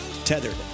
Tethered